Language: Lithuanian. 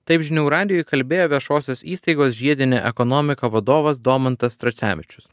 taip žinių radijui kalbėjo viešosios įstaigos žiedinė ekonomika vadovas domantas tracevičius